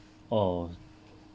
oh